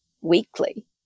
weekly